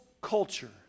culture